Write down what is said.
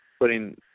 putting